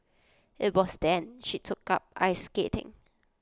IT was then she took up ice skating